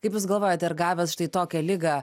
kaip jūs galvojat ar gavęs štai tokią ligą